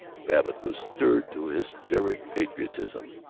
babbitt was stirred to hysteric patriotism.